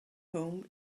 home